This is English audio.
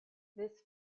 this